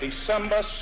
December